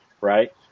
Right